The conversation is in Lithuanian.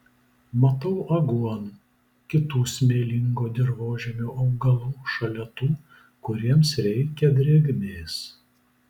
matau aguonų kitų smėlingo dirvožemio augalų šalia tų kuriems reikia drėgmės